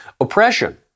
Oppression